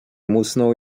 musnął